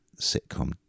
sitcom